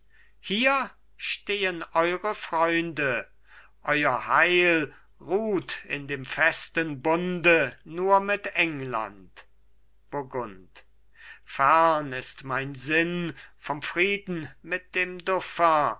hier stehen eure freunde euer heil ruht in dem festen bunde nur mit england burgund fern ist mein sinn vom frieden mit dem